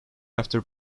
after